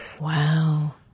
Wow